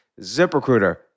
ZipRecruiter